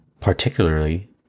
particularly